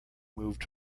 moved